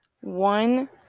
One